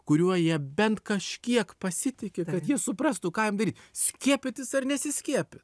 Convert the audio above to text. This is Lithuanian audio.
kuriuo jie bent kažkiek pasitiki kad jie suprastų ką jiem daryt skiepytis ar nesiskiepyt